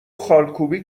خالکوبی